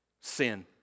Sin